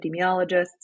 epidemiologists